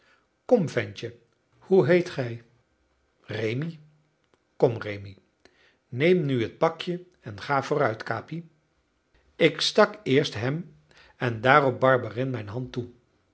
kom ventje hoe heet gij rémi kom rémi neem nu het pakje en ga vooruit capi ik stak eerst hem en daarop barberin mijn hand toe